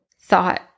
thought